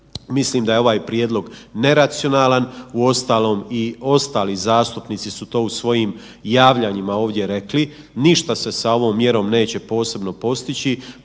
mislim da je ovaj prijedlog neracionalan. Uostalom i ostali zastupnici su to u svojim javljanjima ovdje rekli, ništa se sa ovom mjerom neće posebno postići.